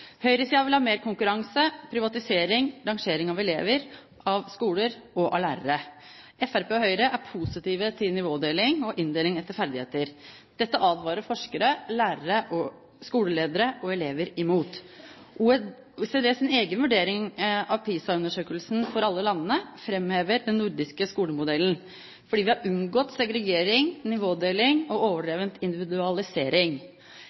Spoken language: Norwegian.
Høyresiden vil ha mer konkurranse, privatisering og rangering av elever, av skoler og av lærere. Fremskrittspartiet og Høyre er positive til nivådeling og inndeling etter ferdigheter. Dette advarer forskere, lærere, skoleledere og elever mot. OECDs egen vurdering av PISA-undersøkelsen for alle landene framhever den nordiske skolemodellen fordi vi har unngått segregering, nivådeling og